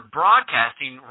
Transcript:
broadcasting –